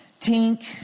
tink